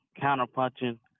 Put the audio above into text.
counter-punching